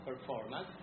performance